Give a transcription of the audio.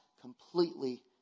completely